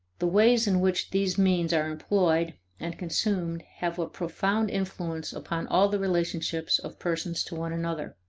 the ways in which these means are employed and consumed have a profound influence upon all the relationships of persons to one another.